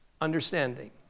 understanding